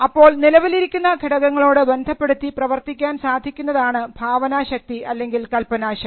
അപ്പോൾ നിലവിലിരിക്കുന്ന ഘടകങ്ങളോട് ബന്ധപ്പെടുത്തി പ്രവർത്തിക്കാൻ സാധിക്കുന്നതാണ് ഭാവനാശക്തി അല്ലെങ്കിൽ കൽപ്പനാശക്തി